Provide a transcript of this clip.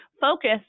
focus